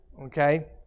Okay